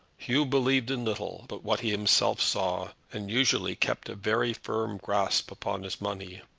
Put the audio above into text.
hugh believed in little but what he himself saw, and usually kept a very firm grasp upon his money.